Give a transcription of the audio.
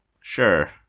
Sure